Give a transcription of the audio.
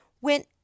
went